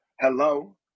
Hello